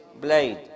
blade